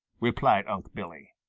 replied unc' billy.